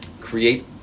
create